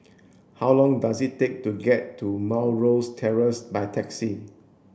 how long does it take to get to Mount Rosie Terrace by taxi